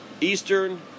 eastern